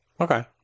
Okay